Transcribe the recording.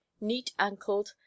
neat-ankled